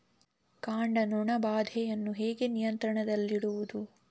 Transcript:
ಕಾಂಡ ನೊಣ ಬಾಧೆಯನ್ನು ಹೇಗೆ ನಿಯಂತ್ರಣದಲ್ಲಿಡುವುದು?